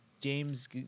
James